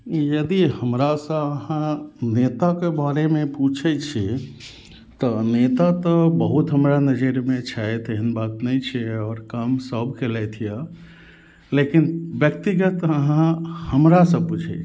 यदि हमरा सँ अहाँ नेताके बारेमे पूछै छियै तऽ नेता तऽ बहुत हमरा नजरिमे छथि एहन बात नहि छै आओर काम सब केलथि यऽ लेकिन व्यक्तिगत अहाँ हमरा सँ पूछै छी